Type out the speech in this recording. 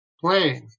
plane